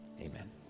amen